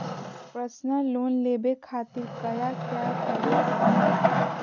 Personal loan लेवे खातिर कया क्या करे पड़तइ?